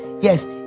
Yes